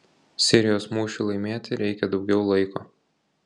sirijos mūšiui laimėti reikia daugiau laiko